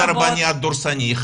כי משרד הרבנות הדורסני,